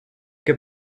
que